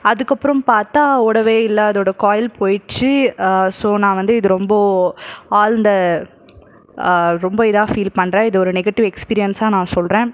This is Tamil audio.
அதற்கப்றம் பார்த்தா ஓடவே இல்லை அதோட காயில் போய்டுச்சு ஸோ நான் வந்து இது ரொம்ப ஆழ்ந்த ரொம்ப இதாக ஃபீல் பண்ணுறன் இது ஒரு நெகட்டிவ் எக்ஸ்பீரியன்ஸாக நான் சொல்லுறன்